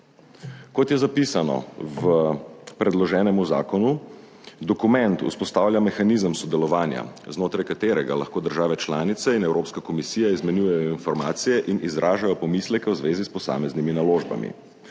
Kot je zapisano v predloženem zakonu, dokument vzpostavlja mehanizem sodelovanja, znotraj katerega lahko države članice in Evropska komisija izmenjujejo informacije in izražajo pomisleke v zvezi s posameznimi naložbami.